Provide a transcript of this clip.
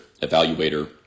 evaluator